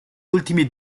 ultimi